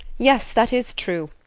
yes that is true.